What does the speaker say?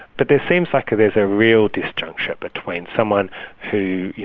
but it seems like there's a real disjuncture between someone who,